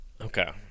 Okay